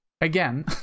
Again